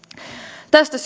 tästä